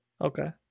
okay